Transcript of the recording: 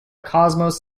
cosmos